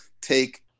take